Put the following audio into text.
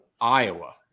Iowa